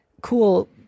cool